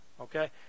Okay